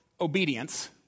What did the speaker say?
obedience